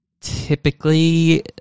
typically